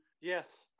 Yes